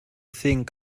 think